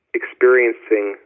experiencing